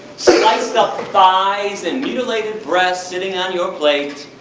so sliced up thighs, and mutilated breasts sitting on your plate